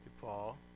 Paul